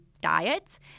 diets